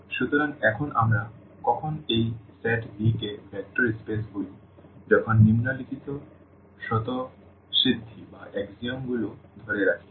সুতরাং এখন আমরা কখন এই সেট V কে ভেক্টর স্পেস বলি যখন নিম্নলিখিত স্বতঃসিদ্ধগুলো ধরে রাখে